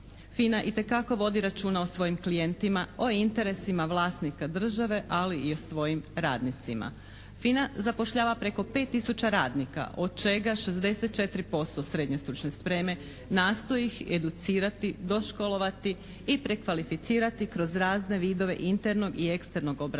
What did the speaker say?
FINA itekako vodi računa o svojim klijentima, o interesima vlasnika države, ali i o svojim radnicima. FINA zapošljava preko 5 tisuća radnika, od čega 64% srednje stručne spreme, nastoji ih educirati, doškolovati i prekvalificirati kroz razne vidove internog i eksternog obrazovanja,